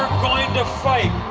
going to fight